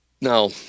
Now